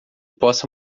possa